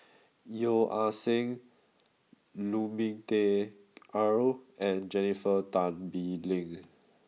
Yeo Ah Seng Lu Ming Teh Earl and Jennifer Tan Bee Leng